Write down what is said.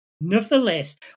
Nevertheless